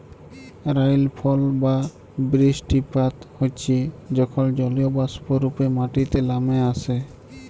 রাইলফল বা বিরিস্টিপাত হচ্যে যখল জলীয়বাষ্প রূপে মাটিতে লামে আসে